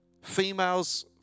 Females